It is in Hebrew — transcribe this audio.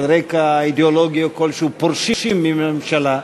רקע אידיאולוגי או כלשהו פורשים מן הממשלה,